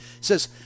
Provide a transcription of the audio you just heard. says